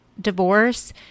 divorce